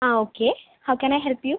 ആ okay how can I help U